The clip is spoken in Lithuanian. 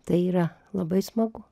tai yra labai smagu